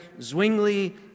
Zwingli